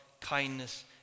kindness